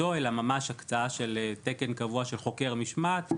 תפקיד נוסף על תפקידו אלא ממש הקצאה של תקן קבוע של חוקר משמעת,